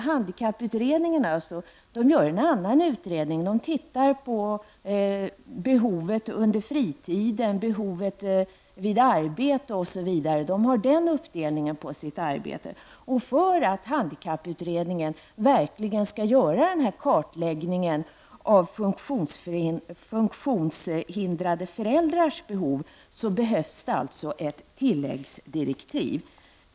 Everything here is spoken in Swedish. Handikapputredningen har den inriktningen av sitt arbete att den tittar på behovet under fritiden, behovet vid arbete, osv. För att handikapputredningen verkligen skall göra en kartläggning av funktionshindrade föräldrars behov behövs det alltså ett tilläggsdirektiv.